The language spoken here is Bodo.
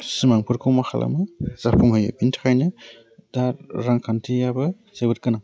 सिमांफोरखौ मा खालामो जाफुंहोयो बिनि थाखायनो दा रांखान्थियाबो जोबोद गोनां